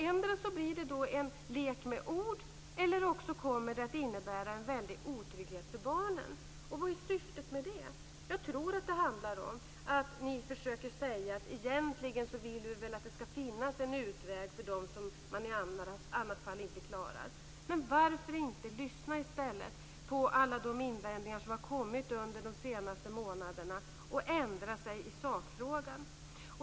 Endera blir det en lek med ord eller också kommer det att innebära en väldig otrygghet för barnen. Vad är syftet med det? Jag tror att det handlar om att ni försöker säga att ni egentligen vill att det ska finnas en utväg för dem som man i annat fall inte klarar. Men varför inte lyssna i stället på alla de invändningar som har kommit de senaste månaderna och ändra sig i sakfrågan?